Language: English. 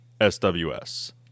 SWS